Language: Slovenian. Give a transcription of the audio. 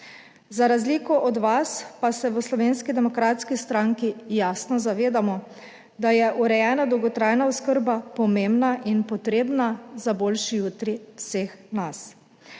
Za razliko od vas, pa se v Slovenski demokratski stranki jasno zavedamo, da je urejena dolgotrajna oskrba pomembna in potrebna za boljši jutri vseh nas.